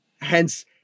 Hence